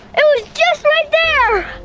it was just right there!